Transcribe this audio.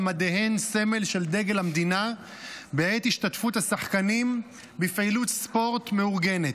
מדיהן סמל של דגל המדינה בעת השתתפות השחקנים בפעילות ספורט מאורגנת.